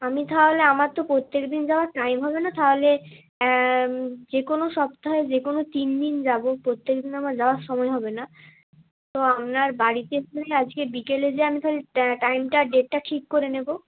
আমি তাহলে আমার তো প্রত্যেকদিন যাওয়ার টাইম হবে না তাহলে যে কোনো সপ্তাহে যে কোনো তিন দিন যাবো প্রত্যেকদিন আমার যাওয়ার সময় হবে না তো আপনার বাড়িতে যেয়ে আজকে বিকেলে যেয়ে আমি তাহলে টাইমটা আর ডেটটা ঠিক করে নেবো